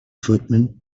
footman